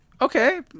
Okay